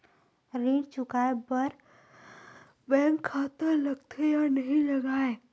ऋण चुकाए बार बैंक खाता लगथे या नहीं लगाए?